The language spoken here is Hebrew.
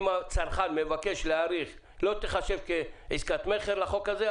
אם הצרכן מבקש להאריך לא תיחשב לעסקת מכר לפי החוק הזה.